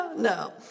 No